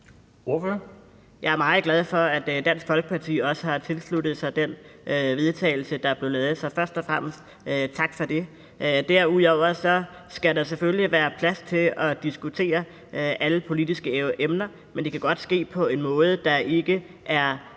(RV): Jeg er meget glad for, at Dansk Folkeparti også har tilsluttet sig den vedtagelse, der blev lavet. Så først og fremmest vil jeg sige tak for det. Derudover skal der selvfølgelig være plads til at diskutere alle politiske emner, men det kan godt ske på en måde, der ikke er